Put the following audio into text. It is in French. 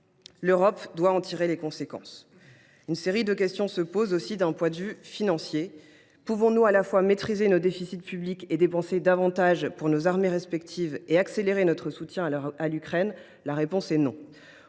L’Europe doit en tirer les conséquences. Une série de questions se pose, aussi, d’un point de vue financier. Pouvons nous à la fois maîtriser nos déficits publics, dépenser davantage pour nos armées respectives et accélérer notre soutien à l’Ukraine ? La réponse est non.